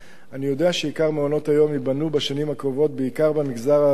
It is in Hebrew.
אני יודע שעיקר מעונות-היום ייבנו בשנים הקרובות במגזר הערבי,